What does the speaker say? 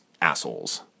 assholes